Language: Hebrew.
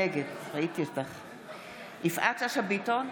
נגד יפעת שאשא ביטון,